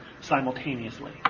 simultaneously